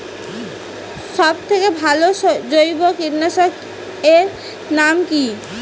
সব থেকে ভালো জৈব কীটনাশক এর নাম কি?